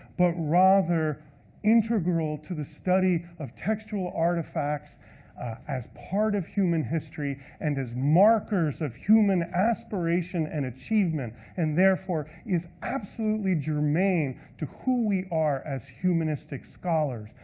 but rather integral to the study of textual artifacts as part of human history and as markers of human aspiration and achievement, and therefore is absolutely germane to who we are as humanistic scholars.